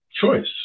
choice